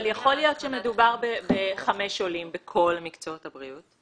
אבל יכול להיות שמדובר בחמישה עולים בכל מקצועות הבריאות.